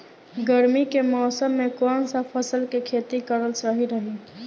गर्मी के मौषम मे कौन सा फसल के खेती करल सही रही?